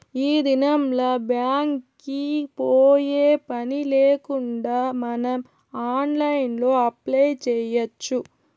ఈ దినంల్ల బ్యాంక్ కి పోయే పనిలేకుండా మనం ఆన్లైన్లో అప్లై చేయచ్చు